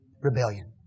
rebellion